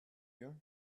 you